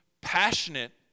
passionate